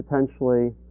potentially